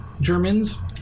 Germans